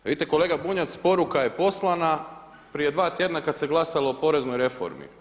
Vidite kolega Bunjac poruka je poslana prije dva tjedna kada se glasalo o poreznoj reformi.